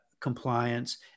compliance